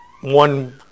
one